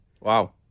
Wow